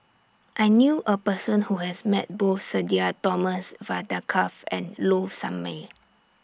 I knew A Person Who has Met Both Sudhir Thomas Vadaketh and Low Sanmay